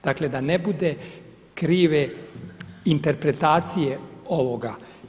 Dakle, da ne bude krive interpretacije ovoga.